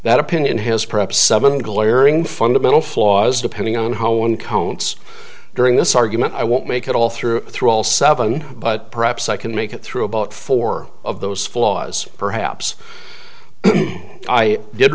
that opinion has perhaps been glaring fundamental flaws depending on how one counts during this argument i won't make it all through through all seven but perhaps i can make it through about four of those flaws perhaps i did